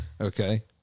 Okay